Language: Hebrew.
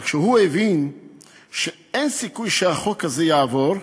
אבל כשהוא הבין שאין סיכוי שהחוק הזה יעבור,